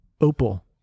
Opal